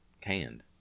canned